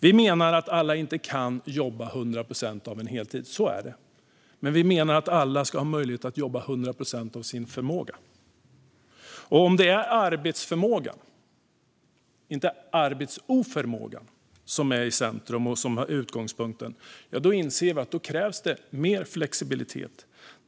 Vi menar att alla inte kan jobba 100 procent av heltid men att alla ska ha möjlighet att jobba 100 procent av sin förmåga. Om arbetsförmåga, inte arbetsoförmåga, är i centrum och är utgångspunkten krävs det mer flexibilitet.